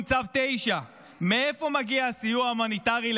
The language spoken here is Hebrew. צו 9 מאיפה מגיע הסיוע ההומניטרי לעזה,